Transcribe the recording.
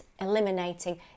eliminating